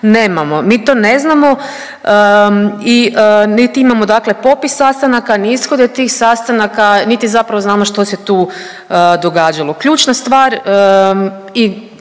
Nemamo. Mi to ne znamo, niti imamo dakle popis sastanaka ni ishode tih sastanaka, niti zapravo znamo što se tu događalo. Ključna stvar i